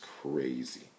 crazy